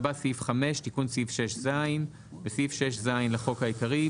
תיקון סעיף 6ז5. בסעיף 6ז לחוק העיקרי,